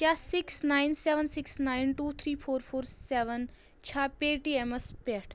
کیٛاہ six nine seven six nine two three four four seven seven چھا پے ٹی ایٚمس پٮ۪ٹھ